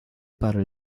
para